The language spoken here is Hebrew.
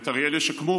ואת בית אריאל ישקמו.